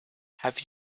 have